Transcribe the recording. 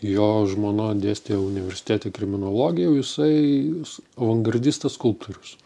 jo žmona dėstė universitete kriminologiją o jisai avangardistas skulptorius